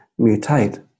mutate